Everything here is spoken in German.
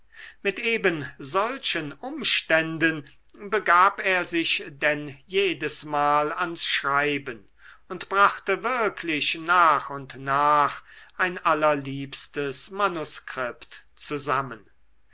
mit eben solchen umständen begab er sich denn jedesmal ans schreiben und brachte wirklich nach und nach ein allerliebstes manuskript zusammen